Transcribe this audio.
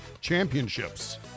Championships